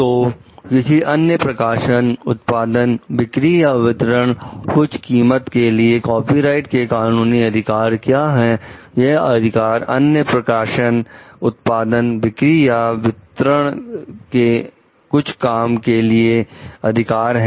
तो किसी अनन्य प्रकाशन उत्पादन बिक्री या वितरण कुछ कीमत के लिए कॉपीराइट के कानूनी अधिकार क्या है यह अधिकार अनन्य प्रकाशन उत्पादन बिक्री या वितरण के कुछ काम के लिए अधिकार हैं